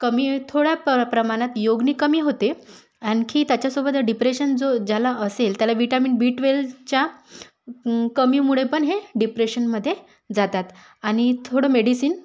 कमी थोड्या प प्रमाणात योगने कमी होते आणखी त्याच्यासोबत डिप्रेशन जो ज्याला असेल त्याला व्हिटॅमिन बी ट्वेल्व्हच्या कमीमुळे पण हे डिप्रेशनमध्ये जातात आणि थोडं मेडिसिन